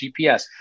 GPS